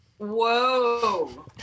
Whoa